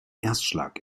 erstschlag